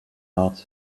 art